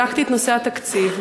בדקתי את נושא התקציב,